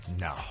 no